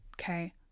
Okay